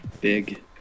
...big